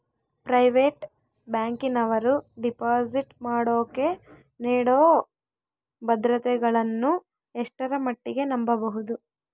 Private ಬ್ಯಾಂಕಿನವರು deposit ಮಾಡೋಕೆ ನೇಡೋ ಭದ್ರತೆಗಳನ್ನು ಎಷ್ಟರ ಮಟ್ಟಿಗೆ ನಂಬಬಹುದು?